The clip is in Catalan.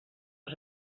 els